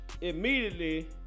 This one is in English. immediately